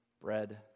bread